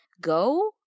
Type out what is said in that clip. go